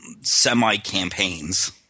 semi-campaigns